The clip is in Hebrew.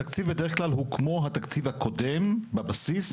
התקציב הוא בדרך כלל כמו התקציב הקודם בבסיס,